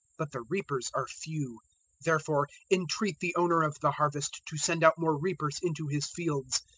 but the reapers are few therefore entreat the owner of the harvest to send out more reapers into his fields.